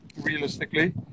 realistically